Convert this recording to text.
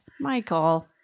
Michael